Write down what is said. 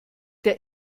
der